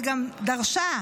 וגם דרשה,